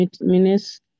minutes